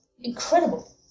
incredible